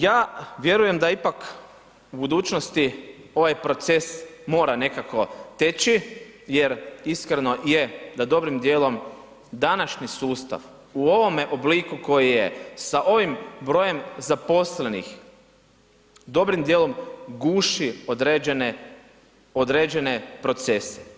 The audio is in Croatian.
Ja vjerujem da ipak u budućnosti ovaj proces mora nekako teći, jer iskreno je da dobrim dijelom današnji sustav u ovome obliku koji je sa ovim brojem zaposlenih, dobrim dijelom guši određene, određene procese.